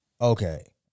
Okay